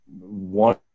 one